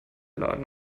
laden